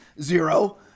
zero